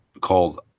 called